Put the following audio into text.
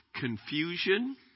confusion